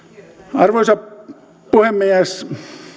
arvoisa puhemies